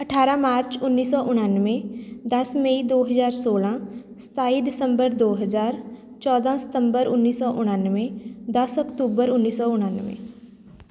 ਅਠਾਰ੍ਹਾਂ ਮਾਰਚ ਉੱਨੀ ਸੌ ਉਣਾਨਵੇਂ ਦਸ ਮਈ ਦੋ ਹਜ਼ਾਰ ਸੌਲ੍ਹਾਂ ਸਤਾਈ ਦਸੰਬਰ ਦੋ ਹਜ਼ਾਰ ਚੌਦ੍ਹਾਂ ਸਤੰਬਰ ਉੱਨੀ ਸੌ ਉਣਾਨਵੇਂ ਦਸ ਅਕਤੂਬਰ ਉੱਨੀ ਸੌ ਉਣਾਨਵੇਂ